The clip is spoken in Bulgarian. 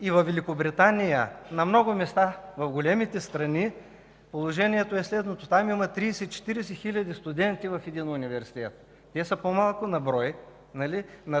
Великобритания, на много места в големите страни положението е следното. Там има 30 – 40 хиляди студенти в един университет. Те са по-малко на брой – на